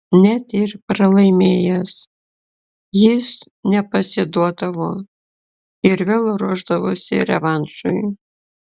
net ir pralaimėjęs jis nepasiduodavo ir vėl ruošdavosi revanšui